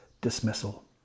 dismissal